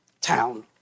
town